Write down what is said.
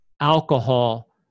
Alcohol